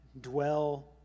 dwell